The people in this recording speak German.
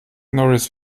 norris